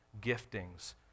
giftings